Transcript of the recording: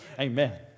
Amen